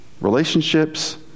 relationships